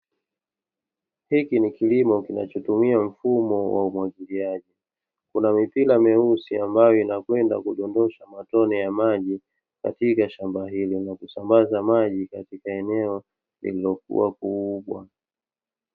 Hiki ni kilimo kinachotumia mfumo wa umwagiliaji, kuna mipira meusi ambayo inakwenda kudondosha matone ya maji katika shamba hilo na kusambaza maji katika eneo lililokua kubwa.